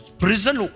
prison